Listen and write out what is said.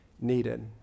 needed